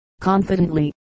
confidently